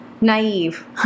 naive